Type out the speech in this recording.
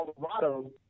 Colorado